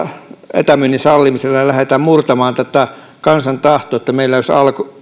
etämyynnin sallimisella lähdetään murtamaan tätä kansan tahtoa että meillä